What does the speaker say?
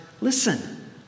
listen